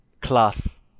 class